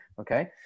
Okay